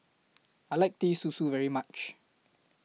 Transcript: I like Teh Susu very much